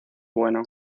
bueno